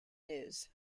news